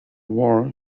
war